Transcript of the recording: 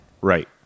Right